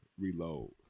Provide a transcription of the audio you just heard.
reload